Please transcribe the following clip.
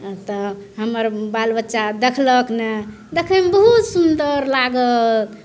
तऽ हमर बाल बच्चा देखलक ने देखैमे बहुत सुन्दर लागल